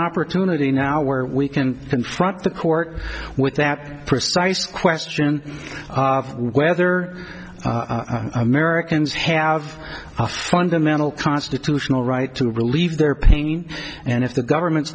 opportunity now where we can confront the court with that precise question of whether americans have a fundamental constitutional right to relieve their pain and if the government's